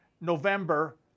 November